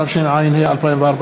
התשע"ה 2014,